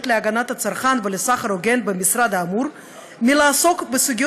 להגנת הצרכן ולסחר הוגן במשרד האמור מלעסוק בסוגיות